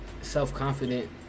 self-confident